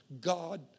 God